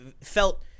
felt